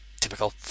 Typical